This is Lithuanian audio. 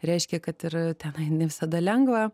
reiškia kad ir tenai ne visada lengva